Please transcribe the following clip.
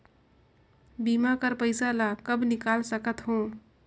बीमा कर पइसा ला कब निकाल सकत हो?